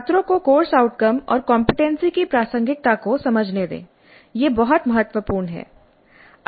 छात्रों को course outcome और कमपेटेंसी की प्रासंगिकता को समझने दें यह बहुत महत्वपूर्ण है